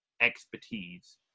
expertise